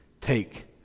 take